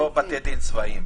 לא בתי דין צבאיים,